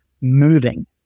moving